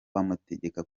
bamutegeka